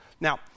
Now